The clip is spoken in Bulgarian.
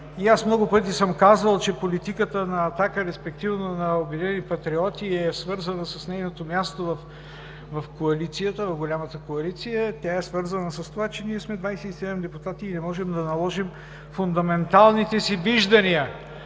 Аз много пъти съм казвал, че политиката на „Атака“, респективно на „Обединени патриоти“, е свързана с нейното място в голямата коалиция. Тя е свързана с това, че ние сме 27 депутати и не можем да наложим фундаменталните си виждания.